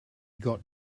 got